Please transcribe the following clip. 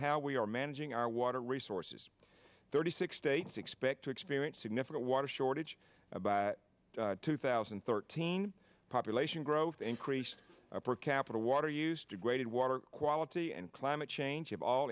how we are managing our water resources thirty six states expect to experience significant water shortage by two thousand and thirteen population growth increased per capita water use degraded water quality and climate change of all